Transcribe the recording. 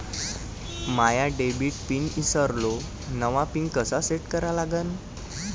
माया debit pin ईसरलो, नवा pin कसा सेट करा लागन?